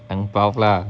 angbao lah